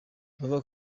abavuga